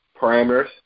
parameters